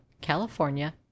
California